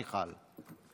מיכל.